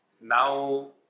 Now